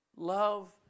Love